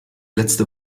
letzte